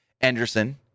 Anderson